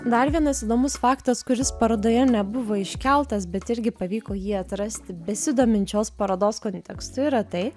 dar vienas įdomus faktas kuris parodoje nebuvo iškeltas bet irgi pavyko jį atrasti besidomint šios parodos kontekstu yra tai